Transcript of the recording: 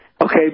Okay